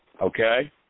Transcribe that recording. Okay